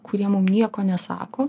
kurie mum nieko nesako